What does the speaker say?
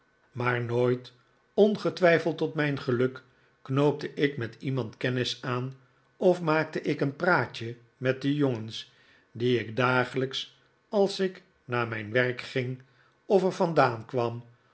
maar nooit ongetwijfeld tot mijn geluk knoopte ik met iemand kennis aan of maakte ik een praatje met de jongens die ik dagelijks als ik naar mijn werk ging of er vandaan kwam